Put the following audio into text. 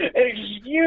Excuse